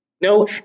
No